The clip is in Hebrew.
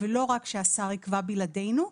ולא רק שהשר יקבע בלעדינו.